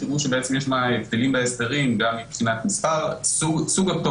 תראו שבעצם יש הבדלים בהסדרים גם מבחינת סוג הפטורים,